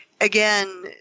again